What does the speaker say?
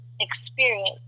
experience